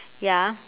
ya